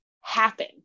happen